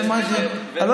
זה משהו, שיסביר לנו.